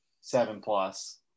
seven-plus